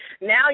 now